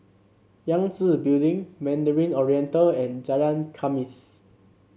Yangtze Building Mandarin Oriental and Jalan Khamis